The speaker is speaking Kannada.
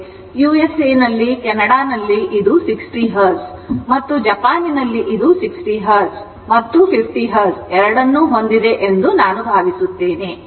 ಯುಎಸ್ಎ ಕೆನಡಾದಲ್ಲಿ ಇದು 60 Hertz ಮತ್ತು ಜಪಾನ್ನಲ್ಲಿ ಇದು 60 Hertz ಮತ್ತು 50 Hertz ಗಳನ್ನು ಹೊಂದಿದೆ ಎಂದು ನಾನು ಭಾವಿಸುತ್ತೇನೆ